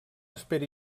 espera